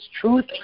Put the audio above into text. truth